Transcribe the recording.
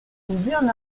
buan